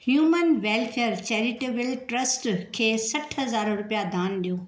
human welfare charitable trust खे सठि हज़ारु रुपिया दान ॾियो